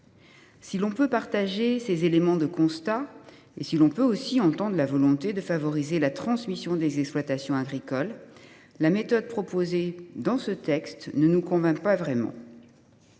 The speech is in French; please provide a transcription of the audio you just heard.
Si l’on peut partager ces constats et entendre la volonté de favoriser la transmission des exploitations agricoles, la méthode proposée dans ce texte ne nous convainc pas vraiment.